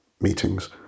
meetings